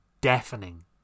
deafening